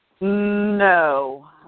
No